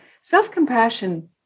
Self-compassion